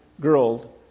girl